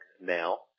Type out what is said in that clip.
now